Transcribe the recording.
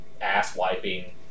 ass-wiping